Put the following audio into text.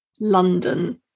london